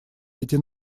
эти